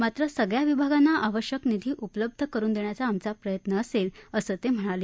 मात्र सगळ्या विभागांना आवश्यक निधी उपलब्ध करून देण्याचा आमचा प्रयत्न असेल असं ते म्हणाले